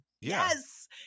Yes